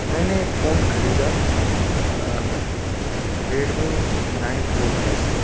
میں نے ایک فون خریدا ریڈمی نائن پرو پلس